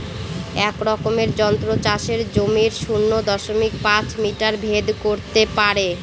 এক রকমের যন্ত্র চাষের জমির শূন্য দশমিক পাঁচ মিটার ভেদ করত পারে